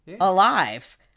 Alive